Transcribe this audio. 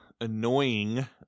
annoying